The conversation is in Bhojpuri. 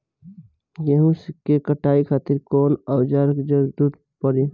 गेहूं के कटाई खातिर कौन औजार के जरूरत परी?